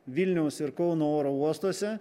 vilniaus ir kauno oro uostuose